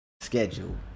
schedule